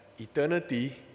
Eternity